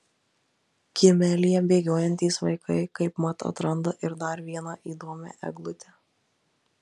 kiemelyje bėgiojantys vaikai kaip mat atranda ir dar vieną įdomią eglutę